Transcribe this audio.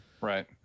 Right